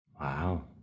Wow